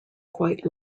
quite